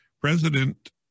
president